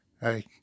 hey